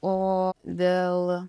o dėl